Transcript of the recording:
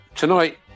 Tonight